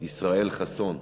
ישראל חסון,